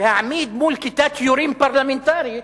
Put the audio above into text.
להעמיד מול כיתת יורים פרלמנטרית